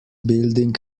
building